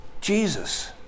Jesus